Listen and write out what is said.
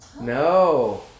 no